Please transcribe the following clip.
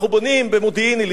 אנחנו בונים במודיעין-עילית,